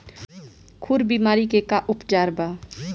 खुर बीमारी के का उपचार बा?